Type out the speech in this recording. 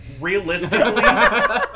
Realistically